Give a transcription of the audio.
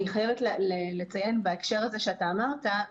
אני חייבת לציין בהקשר הזה שאתה אמרת,